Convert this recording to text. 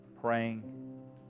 praying